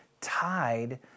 tied